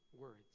words